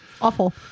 awful